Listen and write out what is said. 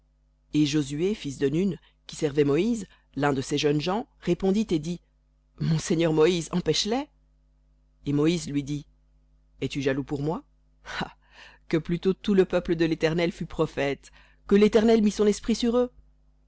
et josué fils de nun qui servait moïse l'un de ses jeunes gens répondit et dit mon seigneur moïse empêche les et moïse lui dit es-tu jaloux pour moi ah que plutôt tout le peuple de l'éternel fût prophète que l'éternel mît son esprit sur eux